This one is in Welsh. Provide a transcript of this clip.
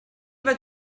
fod